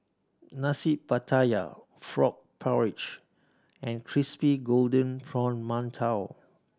Nasi Pattaya frog porridge and crispy golden brown mantou